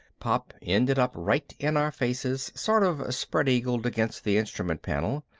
pop ended up right in our faces, sort of spread-eagled against the instrument panel.